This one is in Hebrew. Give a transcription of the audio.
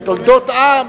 שואל את הרב, לא את העם.